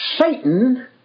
Satan